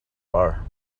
bar